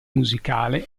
musicale